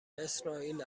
اسرائیل